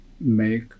make